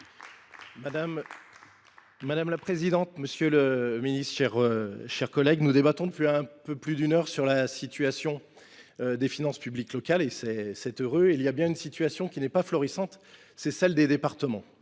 Madame la présidente, monsieur le ministre, mes chers collègues, nous débattons depuis plus d’une heure de la situation des finances publiques locales. C’est heureux, mais il y a bien une situation qui n’est pas florissante : celle des départements.